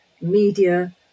media